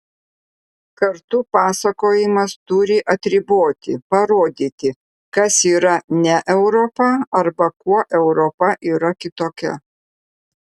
kartu pasakojimas turi atriboti parodyti kas yra ne europa arba kuo europa yra kitokia